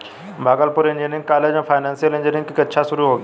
Bhagalpur engineering college में financial engineering की कक्षा शुरू होगी